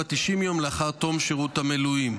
בת 90 יום לאחר תום שירות המילואים.